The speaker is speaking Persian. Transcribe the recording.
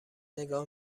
نگاه